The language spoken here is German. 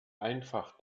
einfach